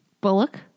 Bullock